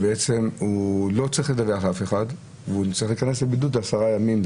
הוא לא צריך לדווח לאף אחד והוא יצטרך להיכנס לבידוד לעשרה ימים,